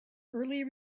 early